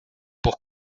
pour